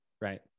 right